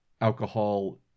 alcohol